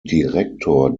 direktor